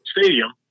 stadium